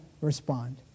respond